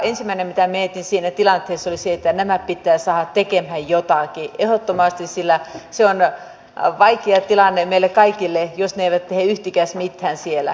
ensimmäinen mitä mietin siinä tilanteessa oli se että nämä pitää saada tekemään jotakin ehdottomasti sillä se on vaikea tilanne meille kaikille jos ne eivät tee yhtikäs mitään siellä